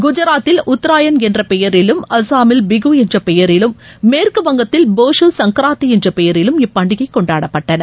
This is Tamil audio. குஜராத்தில் உத்தராயன் என்ற பெயரிலும் அசாமில் பிகு என்ற பெயரிலும் மேற்கு வங்கத்தில் போஷூ சங்கராந்தி என்ற பெயரிலும் இப்பண்டிகை கொண்டாடப்பட்டன